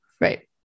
right